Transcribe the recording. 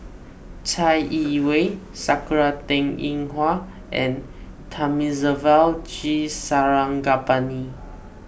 Chai Yee Wei Sakura Teng Ying Hua and Thamizhavel G Sarangapani